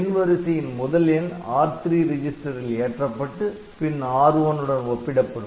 எண் வரிசையின் முதல் எண் R3 ரிஜிஸ்டரில் ஏற்றப்பட்டு பின் R1 உடன் ஒப்பிடப்படும்